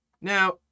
Now